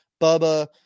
bubba